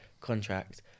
contract